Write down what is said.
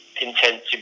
intensive